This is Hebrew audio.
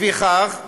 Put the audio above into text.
לפיכך,